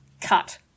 cut